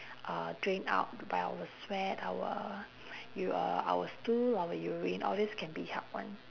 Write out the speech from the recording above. uh drain out by our sweat our your our stool our urine all this can be helped [one]